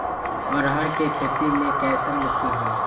अरहर के खेती मे कैसन मिट्टी होइ?